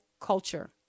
culture